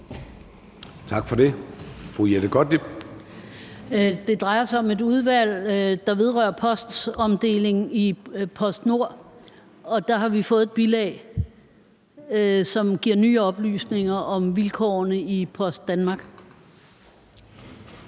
Kl. 14:33 Jette Gottlieb (EL): Det drejer sig om et udvalg, der vedrører postomdeling i PostNord, og der har vi fået et bilag, som giver nye oplysninger om vilkårene i Post Danmark.